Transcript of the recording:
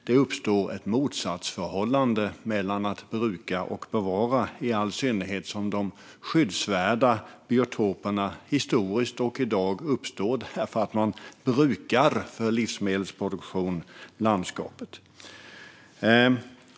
Det uppstår ett motsatsförhållande mellan att bruka och bevara, i all synnerhet som de skyddsvärda biotoperna historiskt har uppstått och i dag uppstår därför att man brukar landskapet för livsmedelsproduktion.